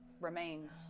remains